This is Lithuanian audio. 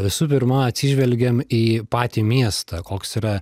visų pirma atsižvelgiam į patį miestą koks yra